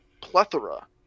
plethora